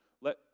let